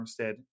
Armstead